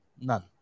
None